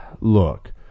look